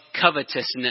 covetousness